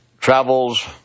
travels